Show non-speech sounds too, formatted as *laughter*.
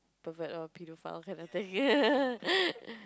pervert or pedophile kind of thing *laughs*